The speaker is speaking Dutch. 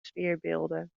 sfeerbeelden